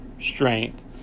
strength